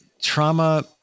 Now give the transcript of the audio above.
trauma